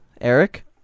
Eric